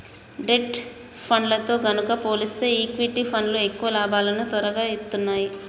debt ఫండ్లతో గనక పోలిస్తే ఈక్విటీ ఫండ్లు ఎక్కువ లాభాలను తొరగా ఇత్తన్నాయి